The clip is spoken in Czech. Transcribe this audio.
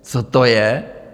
Co to je?